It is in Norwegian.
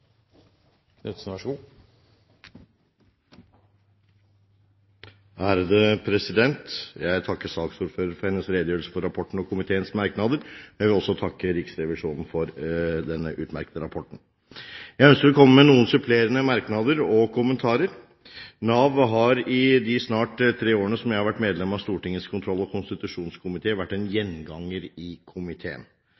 Jeg takker saksordføreren for hennes redegjørelse om rapporten og komiteens merknader. Jeg vil også takke Riksrevisjonen for denne utmerkede rapporten. Jeg ønsker å komme med noen supplerende merknader og kommentarer. I de snart tre årene jeg har vært medlem av Stortingets kontroll- og konstitusjonskomité, har Nav vært en